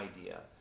idea